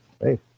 hey